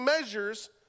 measures